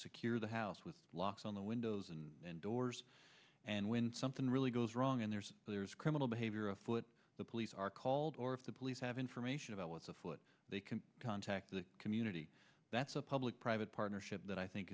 secure the house with locks on the windows and doors and when something really goes wrong and there's criminal behavior afoot the police are called or if the police have information about what's afoot they can contact the community that's a public private partnership that i think